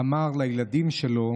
אמר לילדים שלו